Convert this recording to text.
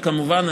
וכמובן,